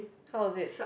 how is it